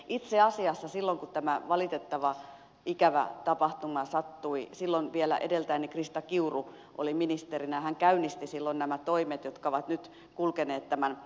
itse asiassa silloin kun tämä valitettava ikävä tapahtuma sattui edeltäjäni krista kiuru oli vielä ministerinä ja hän käynnisti silloin nämä toimet jotka ovat nyt kulkeneet tämän prosessin läpi